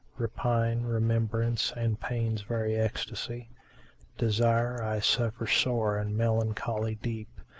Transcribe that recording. repine, remembrance and pain's very ecstacy desire i suffer sore and melancholy deep,